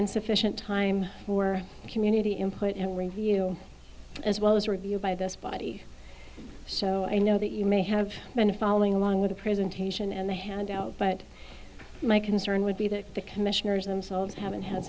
insufficient time for community input and review as well as a review by this body so i know that you may have been following along with the presentation and the handout but my concern would be that the commissioners themselves haven't had